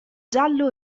giallo